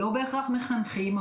לא בהכרח מחנכים,